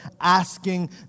asking